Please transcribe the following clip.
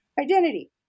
identity